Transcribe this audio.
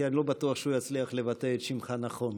כי אני לא בטוח שהוא יצליח לבטא את שמך נכון.